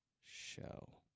show